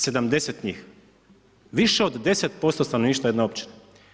70 njih, više od 10% stanovništva jedne općine.